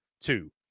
two